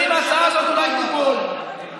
ולכן נמליץ על נתניהו לראשות הממשלה בפעם הבאה.